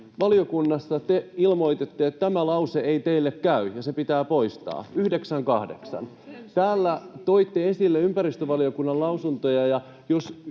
Valiokunnassa te ilmoititte, että tämä lause ei teille käy ja se pitää poistaa, 9—8. Täällä toitte esille ympäristövaliokunnan lausuntoja,